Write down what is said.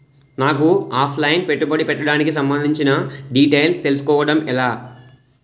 నాకు offline పెట్టుబడి పెట్టడానికి సంబందించిన డీటైల్స్ తెలుసుకోవడం ఎలా?